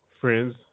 friends